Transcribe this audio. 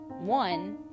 One